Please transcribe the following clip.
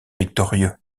victorieux